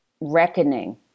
reckoning